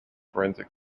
forensic